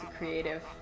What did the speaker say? creative